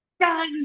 guys